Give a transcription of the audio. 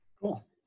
Cool